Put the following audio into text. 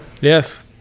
Yes